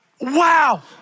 wow